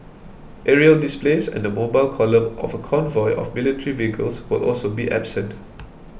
aerial displays and the mobile column of a convoy of military vehicles will also be absent